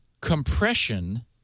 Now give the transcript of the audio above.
compression